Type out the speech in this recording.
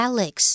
Alex 、